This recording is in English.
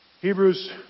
Hebrews